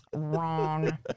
Wrong